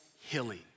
healing